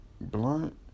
blunt